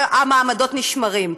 והמעמדות נשמרים.